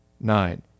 Nine